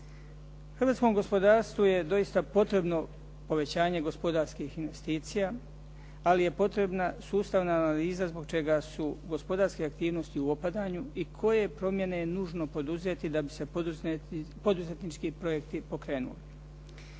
Hrvatskom gospodarstvu je doista potrebno povećanje gospodarskih investicija, ali je potrebna sustavna analiza zbog čega su gospodarske aktivnosti u opadanju i koje promjene je nužno poduzeti da bi se poduzetnički projekti pokrenuli.